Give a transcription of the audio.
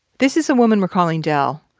this is a woman we're calling del.